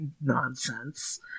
nonsense